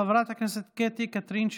חברת הכנסת קטי קטרין שטרית,